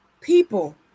people